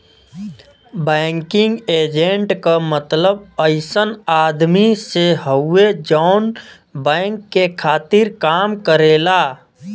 banking agent क मतलब अइसन आदमी से हउवे जौन बैंक के खातिर काम करेला